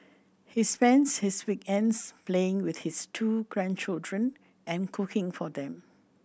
he spends his weekends playing with his two grandchildren and cooking for them